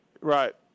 Right